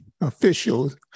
officials